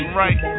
right